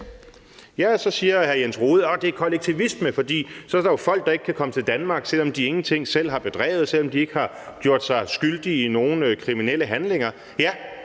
Ja, så siger hr. Jens Rohde, at det er kollektivisme, fordi der jo så er folk, der ikke kan komme til Danmark, selv om de ingenting selv har bedrevet, selv om de ikke har gjort sig skyldige i nogen kriminelle handlinger.